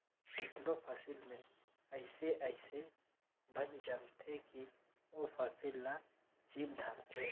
केतनो फसिल में अइसे अइसे बन जामथें कि ओ फसिल ल चीप धारथे